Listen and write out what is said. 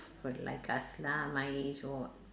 for like us lah my age or